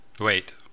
Wait